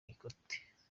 ikote